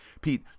Pete